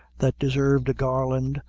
that deserved a garland,